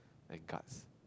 then guards